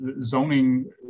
Zoning